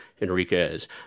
Enriquez